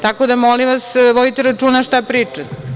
Tako da, molim vas, vodite računa šta pričate.